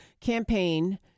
campaign